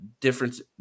difference